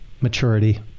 maturity